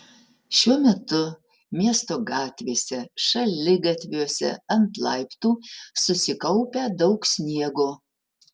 šiuo metu miesto gatvėse šaligatviuose ant laiptų susikaupę daug sniego